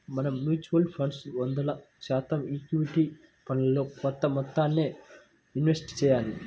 మనం mutual funds లో వంద శాతం ఈక్విటీ ఫండ్లలో కొంత మొత్తాన్నే ఇన్వెస్ట్ చెయ్యాలి